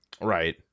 Right